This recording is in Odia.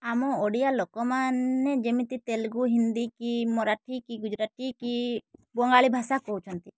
ଆମ ଓଡ଼ିଆ ଲୋକମାନେ ଯେମିତି ତେଲୁଗୁ ହିନ୍ଦୀ କି ମରାଠୀ କି ଗୁଜୁରାଟୀ କି ବଙ୍ଗାଳୀ ଭାଷା କହୁଛନ୍ତି